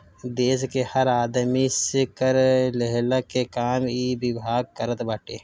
देस के हर आदमी से कर लेहला के काम इ विभाग करत बाटे